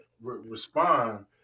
respond